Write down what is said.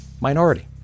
minority